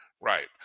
Right